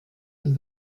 und